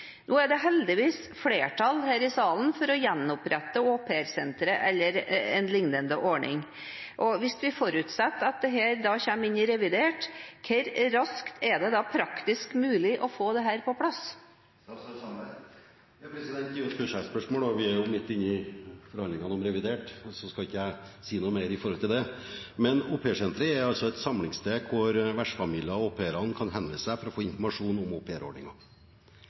Nå er det heldigvis flertall her i salen for å gjenopprette aupairsenteret eller en lignende ordning. Hvis vi forutsetter at dette kommer inn i revidert budsjett, hvor raskt er det da praktisk mulig å få dette på plass? Det er jo et budsjettspørsmål, og vi er midt i forhandlingene om revidert, så jeg skal ikke si noe mer om det. Aupairsenteret er et samlingssted der vertsfamiliene og au pairene kan samle seg og få informasjon om